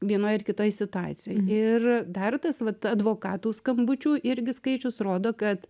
vienoj ar kitoj situacijoj ir dar tas vat advokatų skambučių irgi skaičius rodo kad